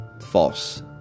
false